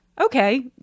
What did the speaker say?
okay